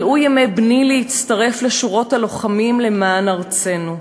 מלאו ימי בני להצטרף לשורות הלוחמים למען ארצנו,